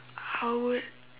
how would